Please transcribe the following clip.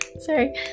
Sorry